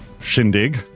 shindig